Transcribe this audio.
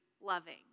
loving